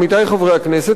עמיתי חברי הכנסת,